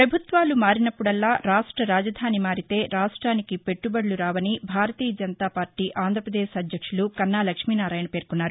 ప్రభుత్వాలు మారినప్పుడల్లా రాష్ట రాజధాని మారితే రాష్ట్వినికి పెట్టుబడులు రావని భారతీయ జనతా పార్టీ ఆంధ్రాప్రదేశ్ అధ్యక్షులు కన్నా లక్ష్మీనారాయణ పేర్కొన్నారు